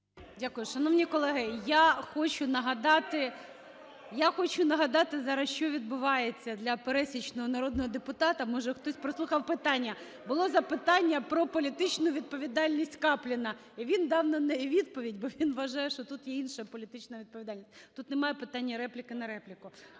(Шум у залі) Я хочу нагадати зараз, що відбувається, для пересічного народного депутата, може, хтось прослухав питання. Було запитання про політичну відповідальність Капліна, і він дав на неї відповідь, бо він вважає, що тут є інша політична відповідальність. Тут немає питання репліка на репліку.